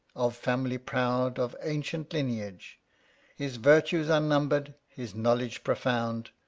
of family proud, of ancient lineage his virtues unnumbered, his knowledge profound.